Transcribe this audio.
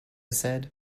said